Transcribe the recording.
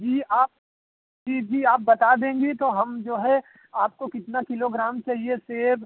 जी आप जी जी आप बता देंगी तो हम जो हैं आपको कितना किलोग्राम चाहिए सेब